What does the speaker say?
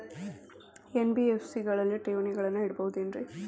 NBFC ಗಳಲ್ಲಿ ಠೇವಣಿಗಳನ್ನು ಇಡಬಹುದೇನ್ರಿ?